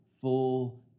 full